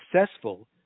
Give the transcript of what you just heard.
successful